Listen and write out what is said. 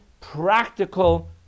practical